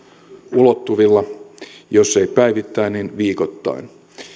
ulottuvilla jos ei päivittäin niin viikoittain